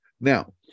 now